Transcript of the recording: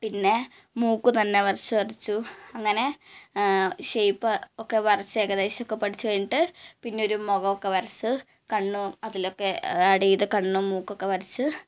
പിന്നെ മൂക്ക് തന്നെ വരച്ച് വരച്ചു അങ്ങനെ ഷേപ്പ് ഒക്കെ വരച്ച് ഏകദേശം ഒക്കെ പഠിച്ച് കഴിഞ്ഞിട്ട് പിന്നെ ഒരു മുഖം ഒക്കെ വരച്ചു കണ്ണ് അതിലൊക്കെ ആഡ് ചെയ്ത് കണ്ണും മൂക്കൊക്കെ വരച്ച്